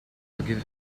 forgive